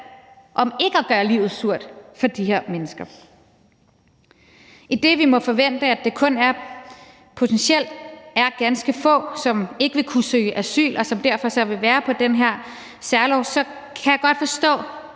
om ikke at gøre livet surt for de her mennesker. Idet vi må forvente, at det kun potentielt er ganske få, som ikke vil kunne søge asyl, og som derfor så vil være på den her særlov, så kan jeg godt forstå